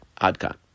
Adka